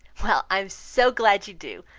well i am so glad you do.